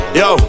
yo